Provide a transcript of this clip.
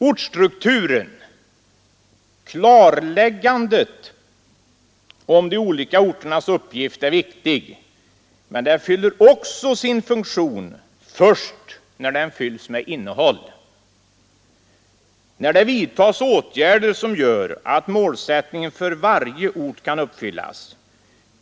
Ortsstrukturen, klarläggandet av de olika orternas uppgift är viktig, men den fyller också sin funktion först när den fått innehåll, när det vidtagits åtgärder som gör att målsättningen för varje ort kan uppfyllas.